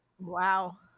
Wow